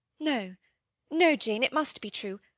no no, jane, it must be true.